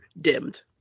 dimmed